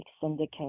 syndicate